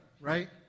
right